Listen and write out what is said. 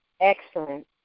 Excellent